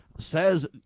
says